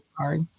sorry